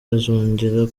azongera